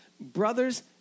Brothers